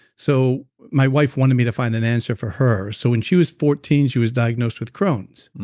so my wife wanted me to find an answer for her so when she was fourteen she was diagnosed with crohn's.